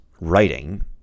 writing